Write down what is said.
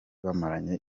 bamaranye